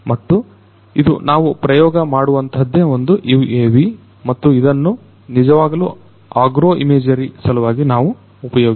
ಮತ್ತು ಇದು ನಾವು ಪ್ರಯೋಗ ಮಾಡುವಂತಹದ್ದೇ ಒಂದು UAV ಮತ್ತು ಇದನ್ನ ನಿಜವಾಗಲೂ ಆಗ್ರೋ ಇಮೇಜರೀ ಸಲವಾಗಿ ನಾವು ಉಪಯೋಗಿಸುತ್ತೇವೆ